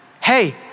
hey